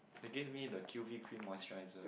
they gave me the Q_V cream moisturizer